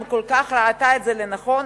אם כל כך ראתה את זה לנכון,